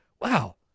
wow